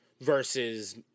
versus